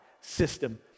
system